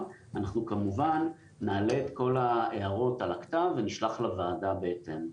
ואנחנו כמובן נעלה את כל ההערות על הכתב ונשלח לוועדה בהתאם.